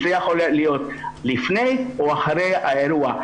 זה יכול להיות לפני או אחרי האירוע.